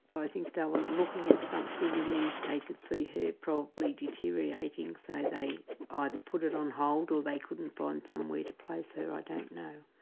i think they were looking at something and then they could see her probably deteriorating so they ah either put it on hold or they couldn't find somewhere to place her, i don't know.